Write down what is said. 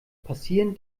passieren